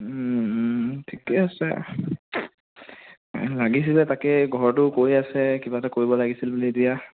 ঠিকে আছে লাগিছিলে তাকে ঘৰতো কৈ আছে কিবা এটা কৰিব লাগিছিল বুলি এতিয়া